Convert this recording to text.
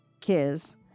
kids